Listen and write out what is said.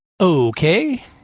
Okay